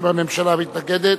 אם הממשלה מתנגדת,